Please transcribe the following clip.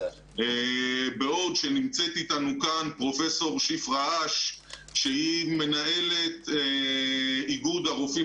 בעוד שנמצאת איתנו כאן פרופ' שפרה אש שהיא מנהלת איגוד הרופאים